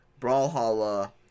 Brawlhalla